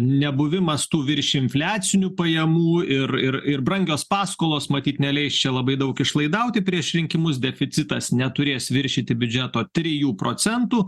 nebuvimas tų viršinfliacinių pajamų ir ir ir brangios paskolos matyt neleis čia labai daug išlaidauti prieš rinkimus deficitas neturės viršyti biudžeto trijų procentų